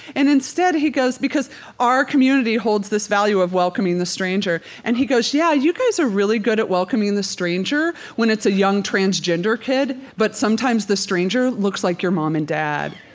and instead he goes, because our community holds this value of welcoming the stranger, and he goes, yeah, you guys are really good at welcoming the stranger when its a young transgender kid, but sometimes the stranger looks like your mom and dad.